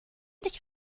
dich